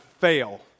fail